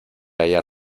halla